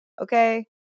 Okay